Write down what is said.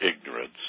ignorance